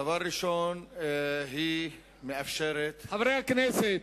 דבר ראשון, היא מאפשרת, חברי הכנסת.